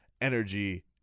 energy